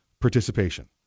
participation